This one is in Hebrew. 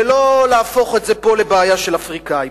ולא להפוך את זה פה לבעיה של אפריקנים.